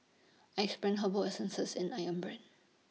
Axe Brand Herbal Essences and Ayam Brand